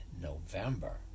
November